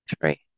three